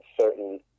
certain